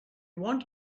want